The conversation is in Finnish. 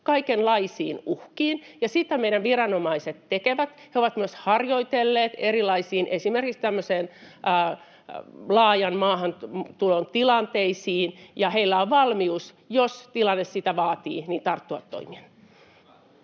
kaikenlaisiin uhkiin, ja sitä meidän viranomaiset tekevät. He ovat myös harjoitelleet erilaisiin tilanteisiin, esimerkiksi tämmöisen laajan maahantulon tilanteisiin, ja heillä on valmius, jos tilanne sitä vaatii, tarttua toimiin.